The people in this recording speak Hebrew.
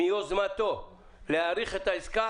מיוזמתו להאריך את העסקה,